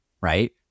right